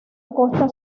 costa